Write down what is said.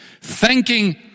thanking